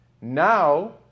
Now